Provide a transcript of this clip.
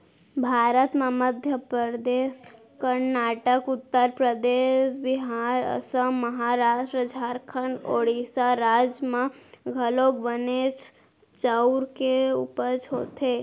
भारत म मध्य परदेस, करनाटक, उत्तर परदेस, बिहार, असम, महारास्ट, झारखंड, ओड़ीसा राज म घलौक बनेच चाँउर के उपज होथे